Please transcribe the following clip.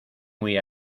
muy